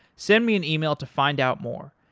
send me an email to find out more,